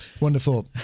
Wonderful